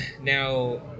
Now